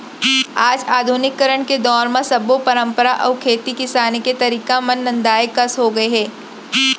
आज आधुनिकीकरन के दौर म सब्बो परंपरा अउ खेती किसानी के तरीका मन नंदाए कस हो गए हे